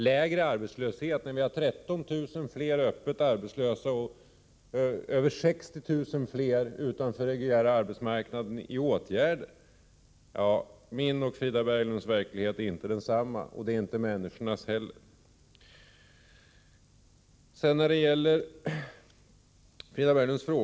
Lägre arbetslöshet — när vi har 13 000 fler öppet arbetslösa och över 60 000 fler i åtgärder utanför den reguljära arbetsmarknaden. Min och andra människors verklighetsuppfattning är inte densamma som Frida Berglunds.